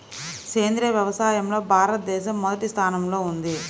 సేంద్రీయ వ్యవసాయంలో భారతదేశం మొదటి స్థానంలో ఉంది